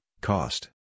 cost